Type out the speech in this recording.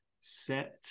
set